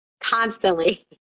constantly